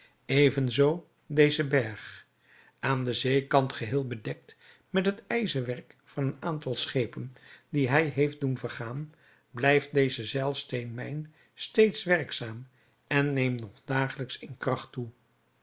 even zoo deze berg aan de zeekant geheel bedekt met het ijzerwerk van een aantal schepen dien hij heeft doen vergaan blijft deze zeilsteenmijn steeds werkzaam en neemt nog dagelijks in kracht toe